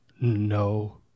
No